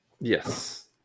Yes